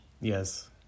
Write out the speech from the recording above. Yes